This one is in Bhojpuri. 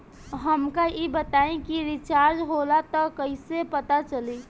हमका ई बताई कि रिचार्ज होला त कईसे पता चली?